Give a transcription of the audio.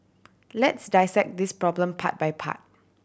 let's dissect this problem part by part